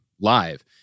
live